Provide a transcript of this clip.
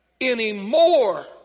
anymore